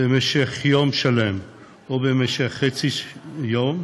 במשך יום שלם או במשך חצי יום,